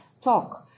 talk